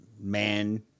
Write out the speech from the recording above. man